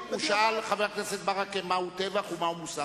חבר הכנסת ברכה שאל מהו טבח ומהו מוסר מלחמה.